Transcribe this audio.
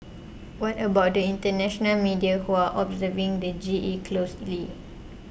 what about the international media who are observing the G E closely